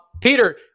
Peter